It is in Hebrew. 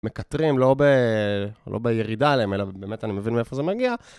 מקטרים, לא ב... לא בירידה עליהם, אלא באמת, אני מבין מאיפה זה מגיע.